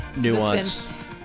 nuance